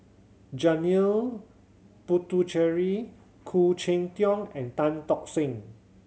Janil Puthucheary Khoo Cheng Tiong and Tan Tock Seng